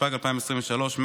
התשפ"ג 2023,